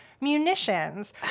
munitions